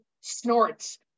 snorts